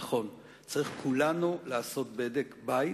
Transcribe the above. נכון, צריך שכולנו נעשה בדק-בית,